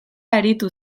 aritu